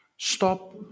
Stop